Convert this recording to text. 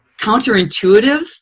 counterintuitive